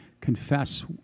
Confess